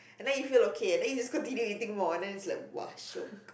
and then he feel okay eh then he just continue eating more and then it's like !wah! shiok